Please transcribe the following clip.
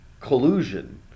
collusion